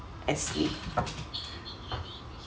and sleep